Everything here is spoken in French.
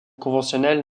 conventionnels